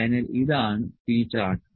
അതിനാൽ ഇതാണ് P chart